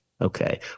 Okay